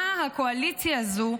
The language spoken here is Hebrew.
הקואליציה הזו,